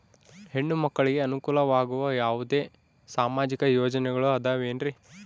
ಹೆಣ್ಣು ಮಕ್ಕಳಿಗೆ ಅನುಕೂಲವಾಗುವ ಯಾವುದೇ ಸಾಮಾಜಿಕ ಯೋಜನೆಗಳು ಅದವೇನ್ರಿ?